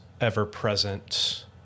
ever-present